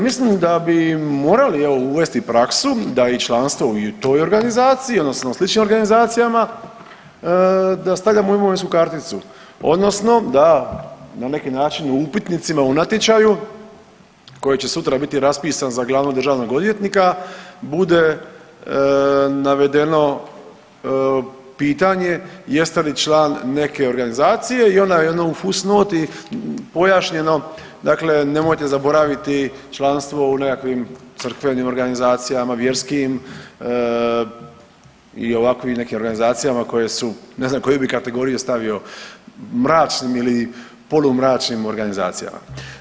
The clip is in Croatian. Mislim da bi morali uvesti praksu da i članstvo i u toj organizaciji odnosno sličnim organizacijama da stavljamo u imovinsku karticu odnosno da na neki način u upitnicima u natječaju koji će sutra biti raspisan za glavnog državnog odvjetnika, bude navedeno pitanje jeste li član neke organizacije i onaj ono u fus noti pojašnjeno dakle nemojte zaboraviti članstvo u nekakvim crkvenim organizacijama, vjerskim i ovakvim nekim organizacijama koje su ne znam koju bi kategoriju stavio, mračnim ili polumračnim organizacijama.